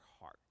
heart